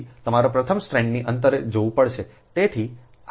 તેથી તમારે પ્રથમ સ્ટ્રેંડથી અંતર જોવું પડશે